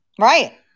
Right